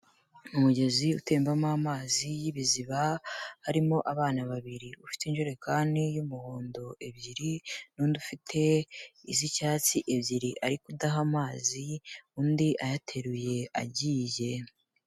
Umugezi utembamo amazi y'ibiziba harimo abana babiri, ufite injerekani y'umuhondo ebyiri n'undi ufite iz'icyatsi ebyiri ari kudaha amazi undi ayateruye agiye.